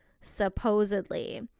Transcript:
supposedly